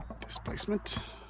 Displacement